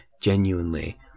genuinely